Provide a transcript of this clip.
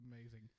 amazing